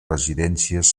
residències